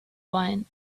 wine